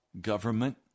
government